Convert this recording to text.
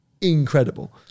incredible